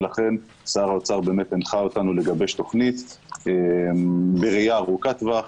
ולכן שר האוצר באמת הנחה אותנו לגבש תוכנית בראייה ארוכת-טווח,